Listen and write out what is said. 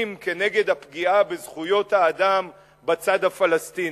כנגד הפגיעה בזכויות האדם בצד הפלסטיני.